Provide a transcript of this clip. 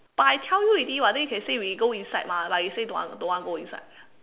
but I tell you already [what] then you can say we go inside mah like you say don't want don't want go inside